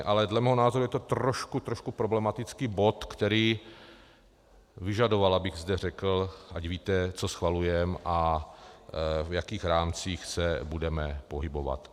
Ale dle mého názoru je to trošku problematický bod, který vyžadoval, abych zde řekl, ať víte, co schvalujeme a v jakých rámcích se budeme pohybovat.